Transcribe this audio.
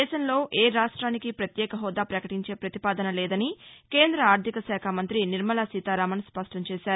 దేశంలో ఏ రాష్ట్రానికీ పత్యేక హోదా పకటించే పతిపాదన లేదని కేంద ఆర్థిక శాఖా మంతి ను నిర్మలా సీతారామన్ స్పష్టంచేశారు